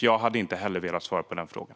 Jag hade inte heller velat svara på den frågan.